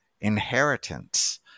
inheritance